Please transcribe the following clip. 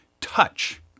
Touch